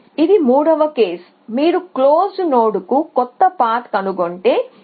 ఇది మూడవ కేసు మీరు క్లోస్డ్ నోడ్కు కొత్త పాత్ కనుగొంటే